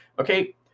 okay